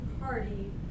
party